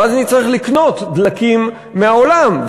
ואז נצטרך לקנות דלקים מהעולם,